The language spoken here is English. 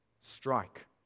Strike